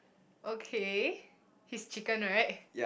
okay his chicken right